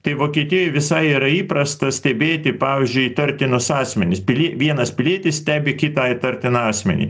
tai vokietijoj visai yra įprasta stebėti pavyzdžiui įtartinus asmenis pilie vienas pilietis stebi kitą įtartiną asmenį